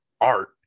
art